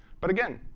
but again,